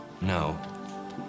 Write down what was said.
No